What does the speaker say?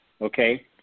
Okay